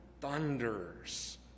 thunders